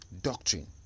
doctrine